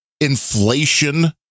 inflation